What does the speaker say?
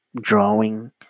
drawing